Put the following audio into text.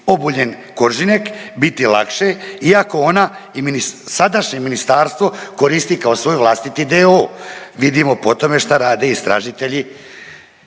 Obuljen Koržinek biti lakše iako ona i sadašnje ministarstvo koristi kao svoj vlastiti d.o.o. Vidimo po tome šta rade istražitelji